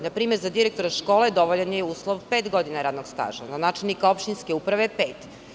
Na primer, za direktora škole dovoljan je uslov pet godina radnog staža, za načelnika opštinske uprave pet.